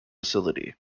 facility